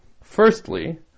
Firstly